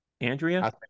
Andrea